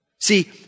See